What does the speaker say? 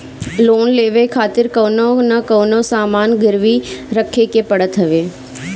loan लेवे खातिर कवनो न कवनो सामान गिरवी रखे के पड़त हवे